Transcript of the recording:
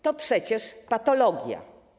To przecież patologia.